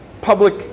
public